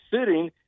sitting